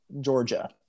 Georgia